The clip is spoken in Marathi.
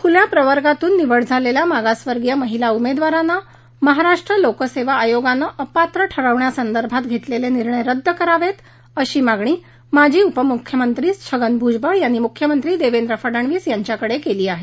खुल्या प्रवर्गातून निवड झालेल्या मागासवर्गीय महिला उमेदवारांना महाराष्ट्र लोकसेवा आयोगानं अपात्र ठरवण्यासंदर्भात घेतलेले निर्णय रद्द करावे अशी मागणी माजी उपमुख्यमंत्री छगन भुजबळ यांनी मुख्यमंत्री देवेंद्र फडणवीस यांच्याकडे केली आहे